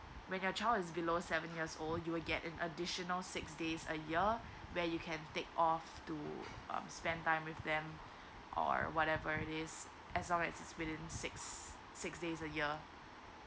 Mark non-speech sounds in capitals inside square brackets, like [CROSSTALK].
when your child is below seven years old you will get an additional six days a year [BREATH] where you can take off to um spend time with them [BREATH] or whatever it is as long as within six six days a year